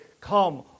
come